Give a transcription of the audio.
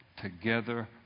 together